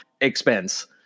expense